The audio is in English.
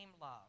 love